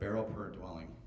barrel per dwelling